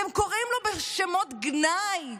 אתם קוראים לו בשמות גנאי.